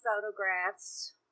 photographs